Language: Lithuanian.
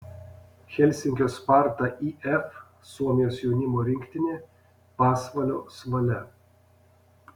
helsinkio sparta if suomijos jaunimo rinktinė pasvalio svalia